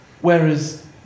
whereas